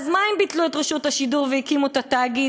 אז מה אם ביטלו את רשות השידור והקימו את התאגיד